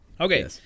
Okay